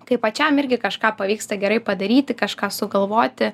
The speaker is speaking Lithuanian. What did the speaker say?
kai pačiam irgi kažką pavyksta gerai padaryti kažką sugalvoti